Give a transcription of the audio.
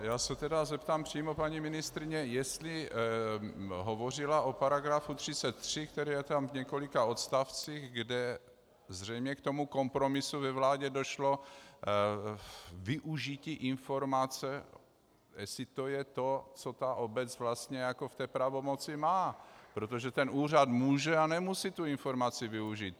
Já se tedy zeptám přímo paní ministryně, jestli hovořila o § 33, který je tam v několika odstavcích, kde zřejmě k tomu kompromisu ve vládě došlo, využití informace, jestli je to ono, co obec vlastně v pravomoci má, protože úřad může a nemusí informace využít.